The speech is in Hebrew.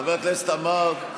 חבר הכנסת עמאר.